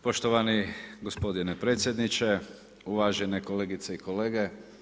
Poštovani gospodine predsjedniče, uvažene kolegice i kolege.